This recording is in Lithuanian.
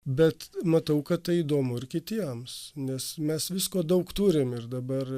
bet matau kad tai įdomu ir kitiems nes mes visko daug turim ir dabar